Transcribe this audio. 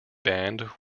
band